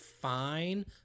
fine